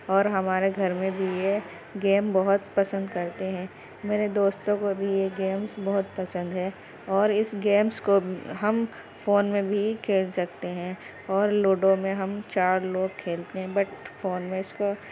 اور ہمارے گھر میں بھی یہ گیم بہت پسند کرتے ہیں میرے دوستوں کو بھی یہ گیمس بہت پسند ہے اور اس گیمس کو ہم فون میں بھی کھیل سکتے ہیں اور لوڈو میں ہم چار لوگ کھیلتے ہیں بٹ فون میں اس کو